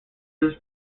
this